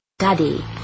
study